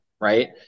right